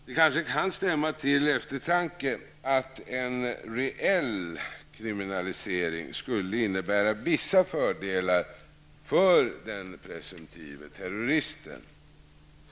Det kan kanske stämma till eftertanke att en reell kriminalisering skulle innebära vissa fördelar för den presumtive terroristen.